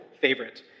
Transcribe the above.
favorite